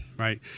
Right